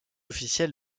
officiel